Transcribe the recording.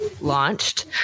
launched